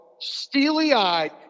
steely-eyed